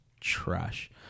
trash